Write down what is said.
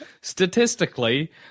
Statistically